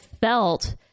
felt